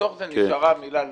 בתוך זה נשארה המילה לאומי.